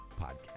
podcast